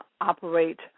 operate